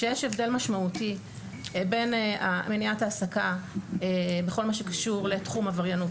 שיש הבדל משמעותי בין מניעת העסקה בכל מה שקשור לתחום עבריינות